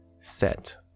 set